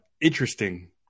interesting